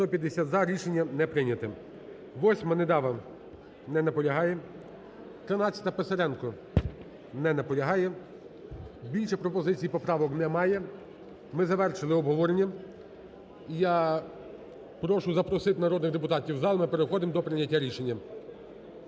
150 – за. Рішення не прийняте. Восьма, Недава. Не наполягає. 13-а, Писаренко. Не наполягає. Більше пропозицій і поправок немає, ми завершили обговорення. Я прошу запросити народних депутатів в зал, ми переходимо до прийняття рішення.